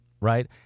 Right